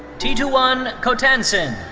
titouan cottencin.